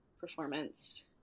performance